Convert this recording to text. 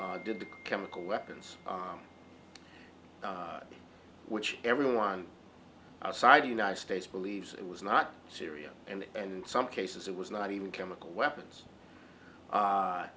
did the chemical weapons which everyone outside the united states believes it was not syria and and in some cases it was not even chemical weapons